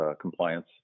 compliance